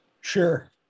Sure